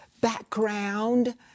background